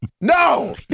No